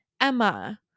Emma